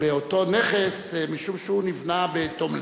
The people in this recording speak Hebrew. באותו נכס, משום שהוא נבנה בתום לב.